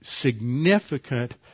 significant